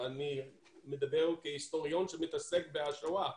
אני מדבר כהיסטוריון שמתעסק בשואה,